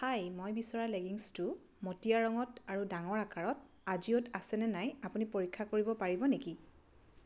হাই মই বিচৰা লেগিংছটো মটিয়া ৰঙত আৰু ডাঙৰ আকাৰত আজিঅ' ত আছেনে নাই আপুনি পৰীক্ষা কৰিব পাৰিব নেকি